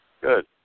Good